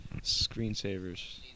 Screensavers